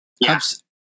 Yes